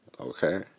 okay